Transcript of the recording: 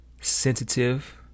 sensitive